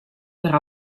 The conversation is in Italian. per